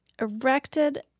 erected